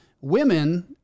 Women